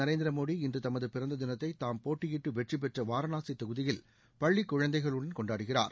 நரேந்திரமோடி இன்று தமது பிறந்த தினத்தை தாம் போட்டியிட்டு வெற்றிபெற்ற வாரனாசி தொகுதியில் பள்ளிக் குழந்தைகளுடன் கொண்டாடுகிறார்